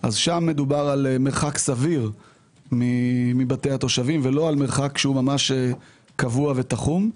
שם מדובר במרחק סביר מבתי התושבים ולא על מרחק שהוא ממש קבוע ותחום.